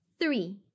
three